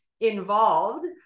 involved